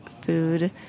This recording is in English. food